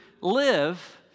live